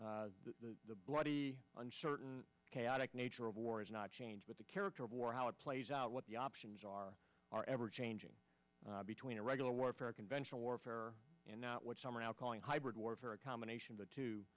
s the bloody uncertain chaotic nature of war is not change but the character of war how it plays out what the options are are ever changing between irregular warfare conventional warfare and not what some are now calling hybrid warfare a combination